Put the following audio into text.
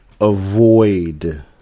avoid